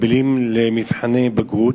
מקבילים למבחני בגרות,